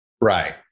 Right